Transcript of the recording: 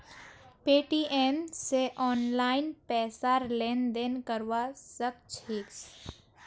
Paytm स online पैसार लेन देन करवा सक छिस